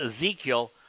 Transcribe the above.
Ezekiel